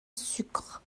sucre